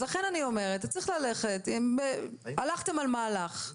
לכן אני אומרת - הלכתם על מהלך.